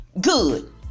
good